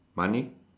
money